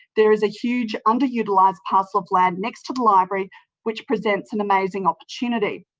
there is a huge underutilised parcel of land next to the library which presents an amazing opportunity.